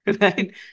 right